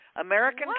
american